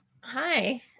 hi